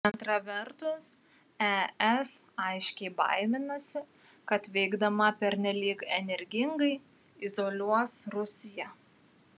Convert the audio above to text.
antra vertus es aiškiai baiminasi kad veikdama pernelyg energingai izoliuos rusiją